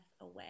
away